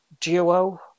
duo